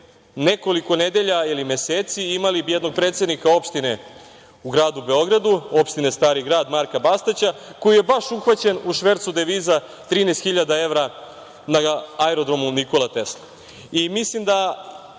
nekoliko nedelja ili meseci imali jednog predsednika opštine u gradu Beogradu, opštine Stari Grad, Marka Bastaća koji je baš uhvaćen u švercu deviza 13 hiljada evra na aerodromu Nikola Tesla. Postaviću